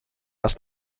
raz